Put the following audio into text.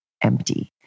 empty